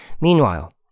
Meanwhile